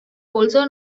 also